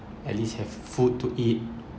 at least have food to eat